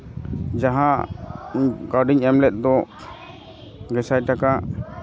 ᱡᱟᱦᱟ ᱠᱟᱹᱣᱰᱤᱧ ᱮᱢ ᱞᱮᱜ ᱫᱚ ᱜᱮᱥᱟᱭ ᱴᱟᱠᱟ